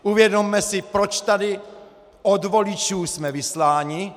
Uvědomme si, proč tady od voličů jsme vysláni.